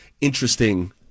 interesting